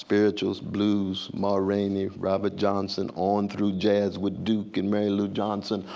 spirituals, blues, ma rainey, robert johnson, on through jazz with duke and mary lou johnson,